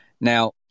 Now